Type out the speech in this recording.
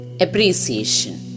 appreciation